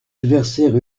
adversaire